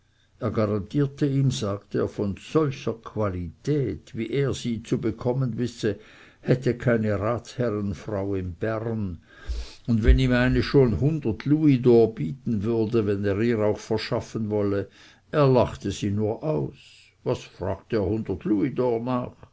er garantiere ihm sagte er von solcher qualität wie er sie zu bekommen wisse hätte keine ratsherrenfrau in bern und wenn ihm eine schon hundert louisdor bieten würde wenn er ihr auch verschaffen wolle er lachete sie nur aus was frag er hundert